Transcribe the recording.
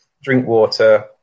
Drinkwater